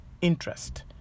interest